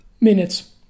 minutes